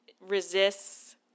resists